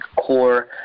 core